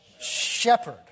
shepherd